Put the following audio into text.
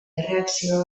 erreakzio